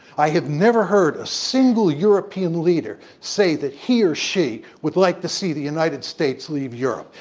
i have never heard a single european leader say that he or she would like to see the united states leave europe.